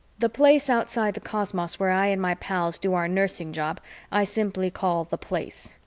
the place outside the cosmos where i and my pals do our nursing job i simply call the place.